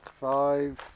Five